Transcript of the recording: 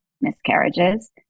miscarriages